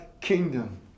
kingdom